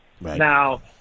Now